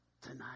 tonight